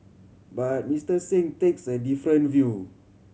but Mister Singh takes a different view